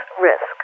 risk